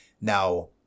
Now